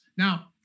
Now